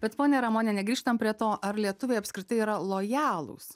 bet ponia ramoniene grįžtam prie to ar lietuviai apskritai yra lojalūs